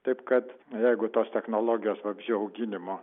taip kad jeigu tos technologijos vabzdžių auginimo